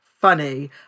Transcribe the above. funny